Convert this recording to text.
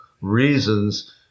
reasons